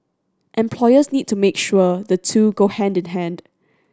employers need to make sure the two go hand in hand